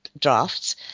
drafts